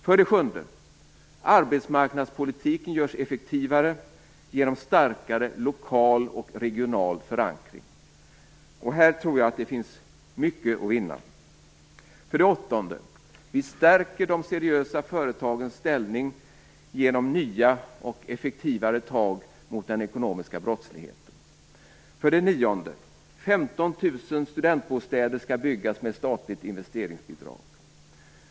För det sjunde görs arbetsmarknadspolitiken effektivare genom starkare lokal och regional förankring. Här tror jag att det finns mycket att vinna. För det åttonde stärker vi de seriösa företagens ställning genom nya och effektivare tag mot den ekonomiska brottsligheten. För det nionde skall 15 000 studentbostäder byggas med statligt investeringsbidrag.